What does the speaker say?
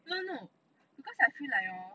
no no no because I feel like hor